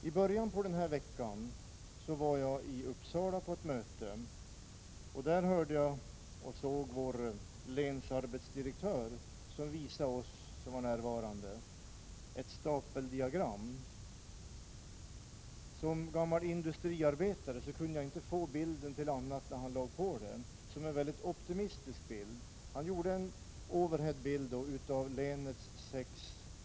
I början av veckan var jag på ett möte i Uppsala, där länsarbetsdirektören visade oss som var närvarande ett stapeldiagram. Som gammal industriarbetare kunde jag inte få det till annat än att det var en mycket optimistisk bild.